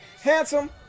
handsome